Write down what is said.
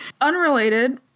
Unrelated